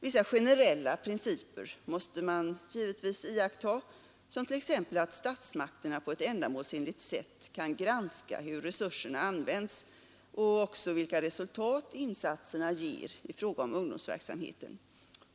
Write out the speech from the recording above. Vissa generella principer måste givetvis iakttas, som t.ex. att statsmakterna på ändamålsenligt sätt kan granska hur resurserna används och vilka resultat insatserna ger i ungdomsverksamheten.